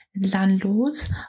landlords